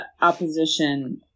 opposition